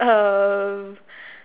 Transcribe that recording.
um